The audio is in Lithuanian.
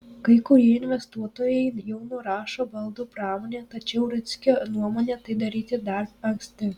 kai kurie investuotojai jau nurašo baldų pramonę tačiau rudzkio nuomone tai daryti dar anksti